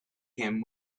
him